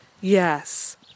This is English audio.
Yes